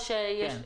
כן.